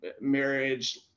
marriage